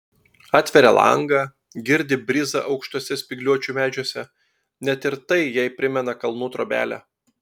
atveria langą girdi brizą aukštuose spygliuočių medžiuose net ir tai jai primena kalnų trobelę